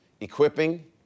Equipping